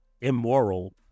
immoral